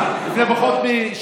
אליהם בחוסר חמלה.